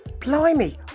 Blimey